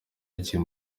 yagiye